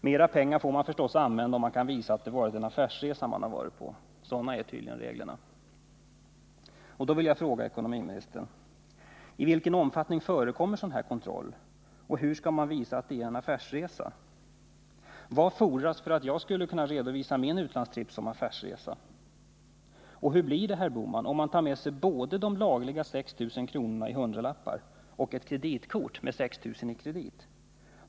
Man får givetvis föra ut mer pengar om man kan bevisa att man varit på en affärsresa. Sådana är tydligen reglerna. Här vill jag fråga ekonomiministern: I vilken omfattning förekommer en sådan kontroll, och vad fordras för att jag skall kunna redovisa min utlandstripp som affärsresa? Och hur blir det, herr Bohman, om man har med sig både de 6 000 kr. i hundralappar som man lagligen får föra ut och ett kreditkort med 6 000 i kredit?